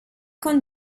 con